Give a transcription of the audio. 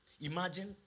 Imagine